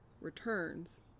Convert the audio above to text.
returns